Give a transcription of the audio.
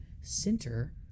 center